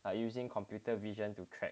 like using computer vision to track